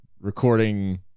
recording